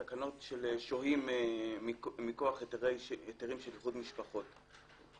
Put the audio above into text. תקנות של שוהים מכוח היתרים של איחוד משפחות.